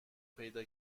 پیدا